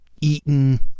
eaten